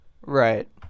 Right